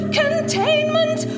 containment